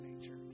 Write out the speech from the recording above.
nature